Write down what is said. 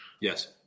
Yes